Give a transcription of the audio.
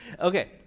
Okay